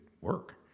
work